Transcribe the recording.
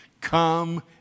come